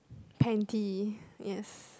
panty yes